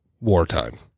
wartime